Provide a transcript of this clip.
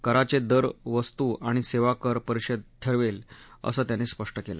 कराचे दर वस्तू आणि सेवा कर परिषद ठरवेल असं त्यांनी स्पष्ट केलं